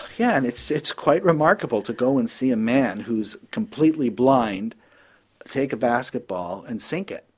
yeah and it's it's quite remarkable to go and see a man who's completely blind take a basketball and sink it,